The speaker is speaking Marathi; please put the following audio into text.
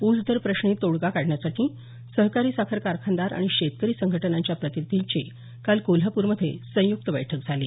ऊस दर प्रश्नी तोडगा काढण्यासाठी सहकारी साखर कारखानदार आणि शेतकरी संघटनांच्या प्रतिनिधींची काल कोल्हापूरमध्ये संयुक्त बैठक झाली